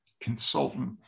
consultant